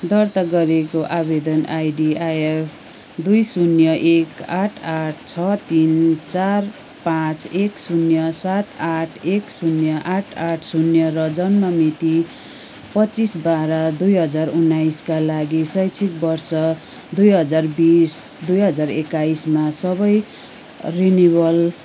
दर्ता गरिएको आवेदन आइडी आइएफ दुई शून्य एक आठ आठ छ तिन चार पाँच एक शून्य सात आठ एक शून्य आठ आठ शून्य र जन्म मिति पच्चिस बाह्र दुई हजार उन्नाइसका लागि शैक्षिक वर्ष दुई हजार बिस दुई हजार एक्काइसमा सबै रिनिवल